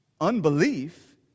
unbelief